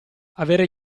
avere